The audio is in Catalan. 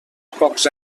pocs